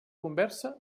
conversa